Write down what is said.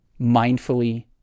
mindfully